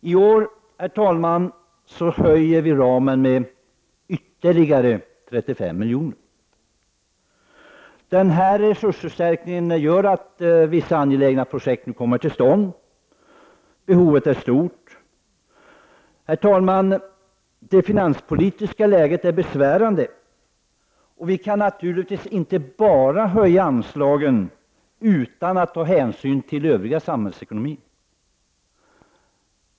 I år höjer vi ramen med ytterligare 35 miljoner. Denna resursförstärkning gör att vissa angelägna projekt kommer till stånd. Behovet är stort. Det finanspolitiska läget är besvärande, och vi kan naturligtvis inte bara höja anslagen utan att ta hänsyn till övrig samhällsekonomi.